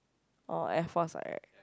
oh Air Force right